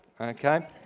okay